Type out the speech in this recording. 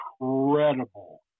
incredible